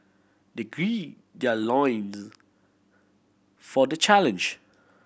they gird their loins for the challenge